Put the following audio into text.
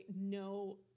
no